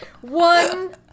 One